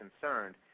concerned